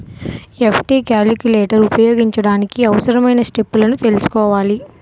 FD calculator ఉపయోగించడానికి అవసరమైన స్టెప్పులను తెల్సుకోవాలి